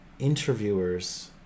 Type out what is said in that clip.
interviewers